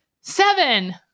Seven